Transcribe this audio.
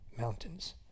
mountains